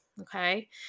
Okay